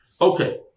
Okay